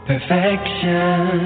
Perfection